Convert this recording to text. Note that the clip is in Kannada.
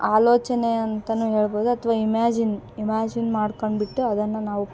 ಆಲೋಚನೆ ಅಂತ ಹೇಳ್ಬೌದು ಅಥ್ವ ಇಮ್ಯಾಜಿನ್ ಇಮ್ಯಾಜಿನ್ ಮಾಡ್ಕೊಬಿಟ್ಟು ಅದನ್ನು ನಾವು